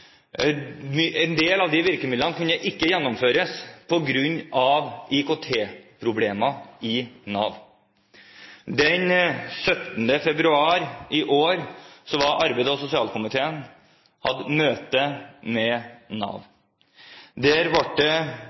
sykefraværet. En del av virkemidlene kunne ikke gjennomføres på grunn av IKT-problemer i Nav. Den 17. februar i år hadde arbeids- og sosialkomiteen møte med Nav. Der ble det